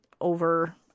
over